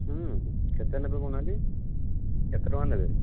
କେତେ ନେବେ କହୁନାହାନ୍ତି କେତେ ଟଙ୍କା ନେବେ